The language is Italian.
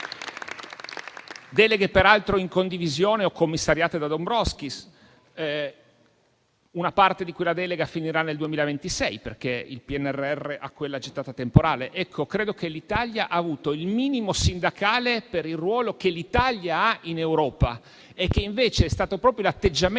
deleghe saranno in condivisione o commissariate da Dombrovskis. Una parte di quella delega, inoltre, finirà nel 2026, perché il PNRR ha quella gettata temporale. Credo che l'Italia abbia avuto il minimo sindacale per il ruolo che ha in Europa. Al contrario, è stato proprio l'atteggiamento